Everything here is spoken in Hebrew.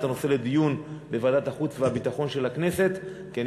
הנושא לדיון בוועדת החוץ והביטחון של הכנסת כי אני